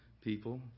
people